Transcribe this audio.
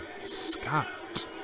Scott